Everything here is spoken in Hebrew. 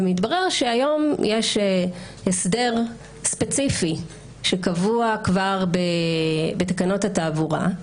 מתברר שהיום יש הסדר ספציפי שקבוע כבר בתקנות התעבורה,